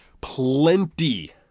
Plenty